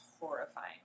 horrifying